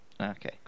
okay